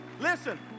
Listen